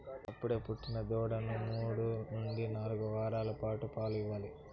అప్పుడే పుట్టిన దూడలకు మూడు నుంచి నాలుగు వారాల పాటు పాలు ఇవ్వాలి